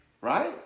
Right